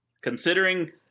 Considering